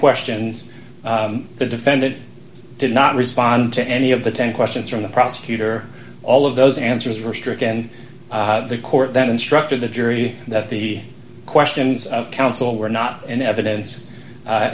questions the defendant did not respond to any of the ten questions from the prosecutor all of those answers were stricken and the court then instructed the jury that the questions of counsel were not in evidence